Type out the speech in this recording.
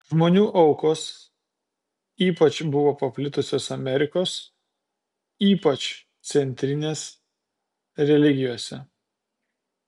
žmonių aukos ypač buvo paplitusios amerikos ypač centrinės religijose